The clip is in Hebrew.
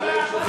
בכתב ליושב-ראש.